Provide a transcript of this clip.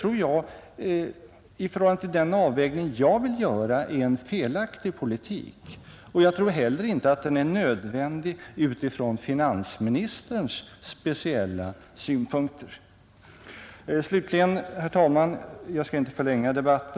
I förhållande till den avvägning som jag vill göra tycker jag det är en felaktig politik. Jag tycker inte heller den borde vara nödvändig från finansministerns synpunkter. Herr talman!